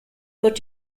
wird